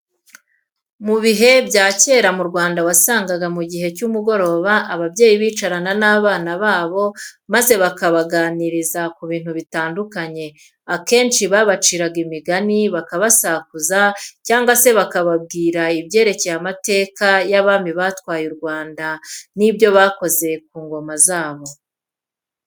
Mu bihe bya kera mu Rwanda wasangaga mu gihe cy'umugoroba ababyeyi bicarana n'abana babo maze bakabaganiriza ku bintu bitandukanye. Akenshi babaciraga imigani, bakabasakuza cyangwa se bakababwira ibyerekeye amateka y'abami batwaye u Rwanda n'ibyo bakoze ku ngoma zabo.